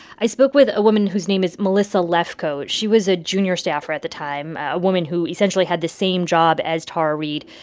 i spoke with a woman whose name is melissa lefko. she was a junior staffer at the time, a woman who, essentially, had the same job as tara reade.